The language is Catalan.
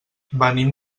venim